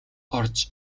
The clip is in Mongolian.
орж